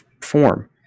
form